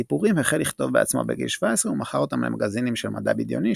סיפורים החל לכתוב בעצמו בגיל 17 ומכר אותם למגזינים של מדע בדיוני,